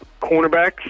cornerbacks